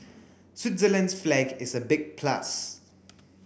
Switzerland's flag is a big plus